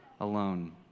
alone